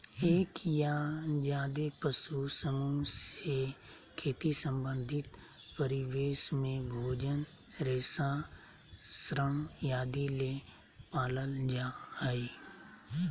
एक या ज्यादे पशु समूह से खेती संबंधित परिवेश में भोजन, रेशा, श्रम आदि ले पालल जा हई